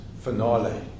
finale